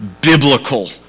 biblical